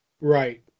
Right